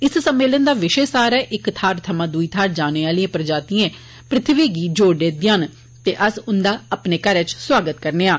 इस सम्मेलन दा विशेष सार ऐ ''इक थाहर थमां दुई थाहर जाने आलियां प्रजातियां पृथ्वी गी जोड़दियां न ते अस उंदा अपने घरै च सुआगत करने आं